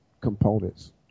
components